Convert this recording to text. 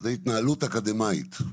זאת התנהלות אקדמאית.